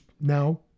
now